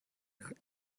not